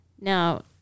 now